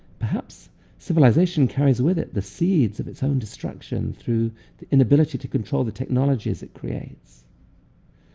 perhaps civilization carries with it the seeds of its own destruction through the inability to control the technologies it creates.